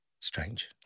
strange